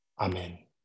Amen